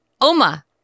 Oma